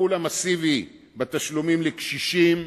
הטיפול המסיבי בתשלומים לקשישים,